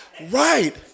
Right